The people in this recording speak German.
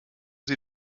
sie